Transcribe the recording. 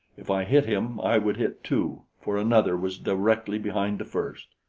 if i hit him, i would hit two, for another was directly behind the first.